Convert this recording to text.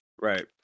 Right